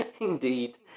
Indeed